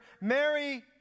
Mary